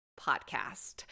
podcast